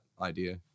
idea